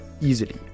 easily